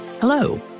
Hello